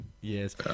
yes